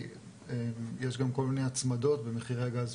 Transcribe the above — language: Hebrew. כי יש גם כל מיני הצמדות במחירי הגז